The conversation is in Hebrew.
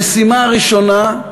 המשימה הראשונה,